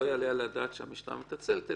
לא יעלה על הדעת שהמשטרה מתעצלת,